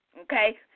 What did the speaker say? Okay